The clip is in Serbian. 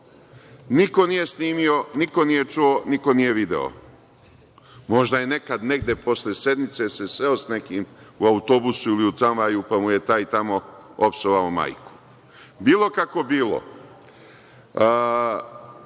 Niko nije snimio, niko nije čuo, niko nije video. Možda se, nekad negde, posle sednice sreo sa nekim u autobusu ili u tramvaju, pa mu je taj tamo opsovao majku. Bilo kako bilo,